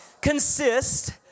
Consist